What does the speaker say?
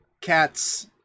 cat's